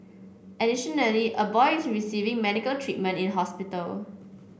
additionally a boy is receiving medical treatment in hospital